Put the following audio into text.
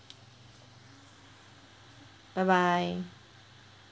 bye bye